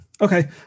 Okay